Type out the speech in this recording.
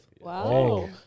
Wow